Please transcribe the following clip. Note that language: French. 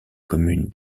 commune